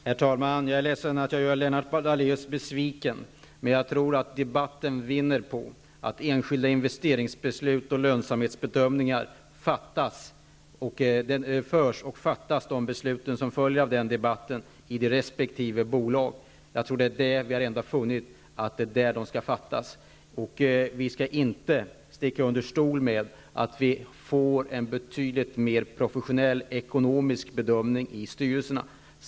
Herr talman! Jag är ledsen att jag gör Lennart Daléus besviken. Jag tror att debatten vinner på att enskilda investeringsbeslut fattas och lönsamhetsbedömningar görs i resp. bolag. Vi har funnit att det är där beslut skall fattas. Vi skall inte sticka under stol med att vi får en betydligt mer professionell ekonomisk bedömning i styrelserna.